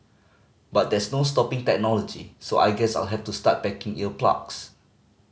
but there's no stopping technology so I guess I'll have to start packing ear plugs